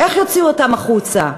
איך יוציאו אותם החוצה?